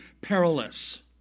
perilous